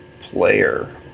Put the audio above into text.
player